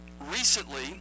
recently